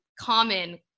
common